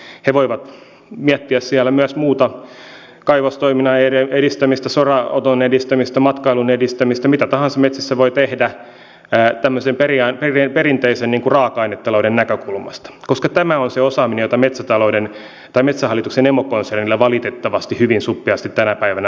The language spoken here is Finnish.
he voivat miettiä siellä myös muuta kaivostoiminnan edistämistä soranoton edistämistä matkailun edistämistä mitä tahansa metsässä voi tehdä tämmöisen perinteisen raaka ainetalouden näkökulmasta koska tämä on se osaaminen jota metsähallituksen emokonsernilla valitettavasti hyvin suppeasti tänä päivänä on